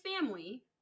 family